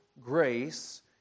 grace